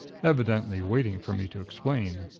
evidently waiting for me to explain.